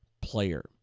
player